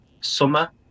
summer